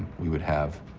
we would have